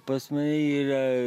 pas mane yra